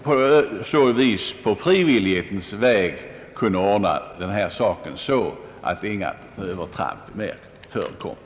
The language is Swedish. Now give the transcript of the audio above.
På så vis skulle den här frågan kunna ordnas på frivillighetens väg så att inga övertramp mer förekommer.